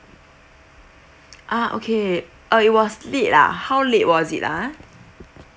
ah okay uh it was late ah how late was it ah